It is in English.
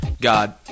God